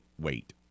wait